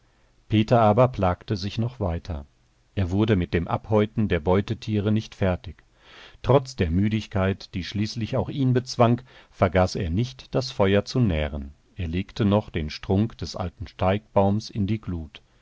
peter aber plagte sich noch weiter er wurde mit dem abhäuten der beutetiere nicht fertig trotz der müdigkeit die schließlich auch ihn bezwang vergaß er nicht das feuer zu nähren er legte noch den strunk des alten steigbaums in die glut